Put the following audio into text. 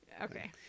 Okay